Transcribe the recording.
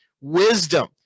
wisdom